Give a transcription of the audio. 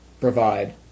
provide